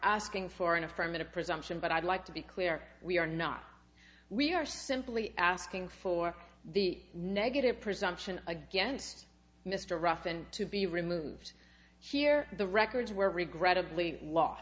asking for an affirmative presumption but i'd like to be clear we are not we are simply asking for the negative presumption against mr ruff and to be removed sheir the records were regrettably l